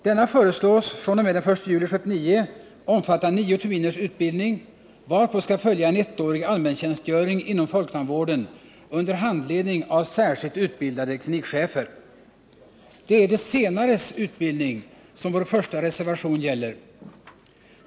Denna föreslås fr.o.m. den 1 juli 1979 omfatta nio terminers utbildning, varpå skall följa en ettårig allmäntjänstgöring inom folktandvården under handledning av särskilt utbildade klinikchefer. Det är de senares utbildning som vår första reservation gäller.